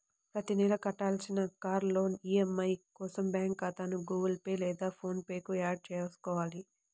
ప్రతి నెలా కట్టాల్సిన కార్ లోన్ ఈ.ఎం.ఐ కోసం బ్యాంకు ఖాతాను గుగుల్ పే లేదా ఫోన్ పే కు యాడ్ చేసుకోవాలి